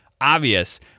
obvious